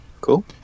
Cool